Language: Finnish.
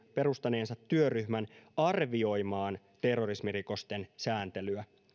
perustaneensa työryhmän arvioimaan terrorismirikosten sääntelyä